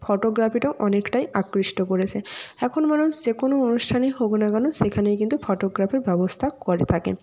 ফটোগ্রাফিটাও অনেকটাই আকৃষ্ট করেছে এখন মানুষ যে কোনো অনুষ্ঠানই হোক না কেন সেখানেই কিন্তু ফটোগ্রাফির ব্যবস্থা করে থাকে